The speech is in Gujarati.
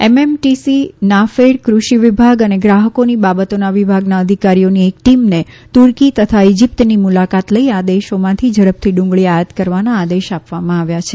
એમએમટીસી નાફેડ કૃષિ વિભાગ અને ગ્રાહકોની બાબતોના વિભાગના અધિકારીઓની એક ટીમને તુર્કી તથા ઇજીપ્તની મુલાકાત લઇ આ દેશોમાંથી ઝડપથી ડુંગળી આયાત કરવાનો આદેશ આપવામાં આવ્યો છે